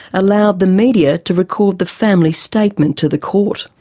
allowed the media to record the family's statement to the court.